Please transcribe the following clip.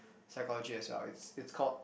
psychology as well it's it's called